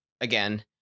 again